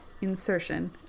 insertion